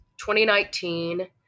2019